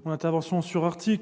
présenter l'amendement n° 585.